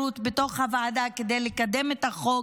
כדי לקדם את החוק